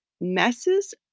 messes